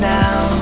now